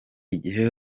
igihe